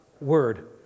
word